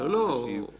ואולי יהיה שינוי.